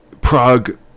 Prague